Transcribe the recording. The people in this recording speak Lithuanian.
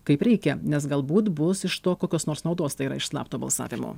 kaip reikia nes galbūt bus iš to kokios nors naudos tai yra iš slapto balsavimo